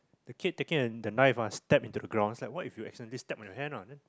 the kid taking the knife ah stab into the ground then what if you accidentally stab on your hand on